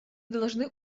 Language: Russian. должны